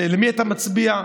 למי אתה מצביע,